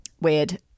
weird